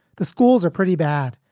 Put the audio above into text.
the schools are pretty bad.